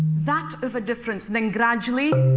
that of a difference. then gradually